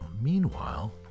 Meanwhile